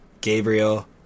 Gabriel